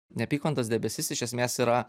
neapykantos debesis iš esmės yra